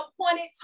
appointed